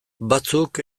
batzuk